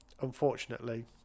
unfortunately